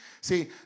see